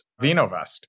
VinoVest